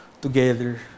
together